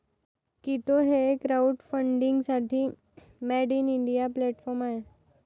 कीटो हे क्राउडफंडिंगसाठी made in India platform आहे